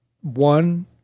one